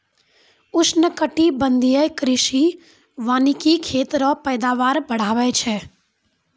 उष्णकटिबंधीय कृषि वानिकी खेत रो पैदावार बढ़ाबै छै